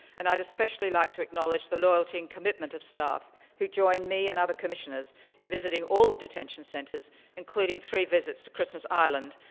and i'd especially like to acknowledge the loyalty and commitment of staff who join me and other commissioners in visiting all the detention centers including three visits to christmas island.